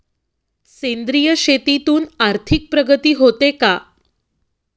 सेंद्रिय शेतीतून आर्थिक प्रगती होते का?